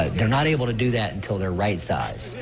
they're not able to do that until they're right-side.